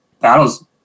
battles